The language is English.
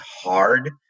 hard